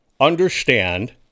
understand